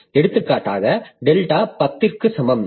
எடுத்துக்காட்டாக டெல்டா 10 க்கு சமம்